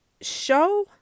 Show